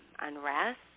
unrest